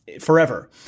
forever